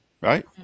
Right